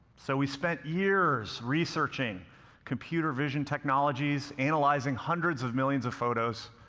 so we spent years researching computer vision technologies, analyzing hundreds of millions of photos,